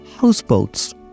houseboats